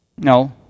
No